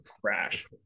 crash